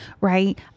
Right